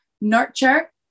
nurture